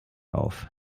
auf